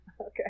Okay